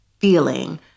feeling